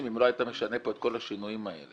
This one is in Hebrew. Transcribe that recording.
אם לא היית משנה פה את כל השינויים האלה.